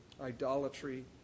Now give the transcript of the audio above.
idolatry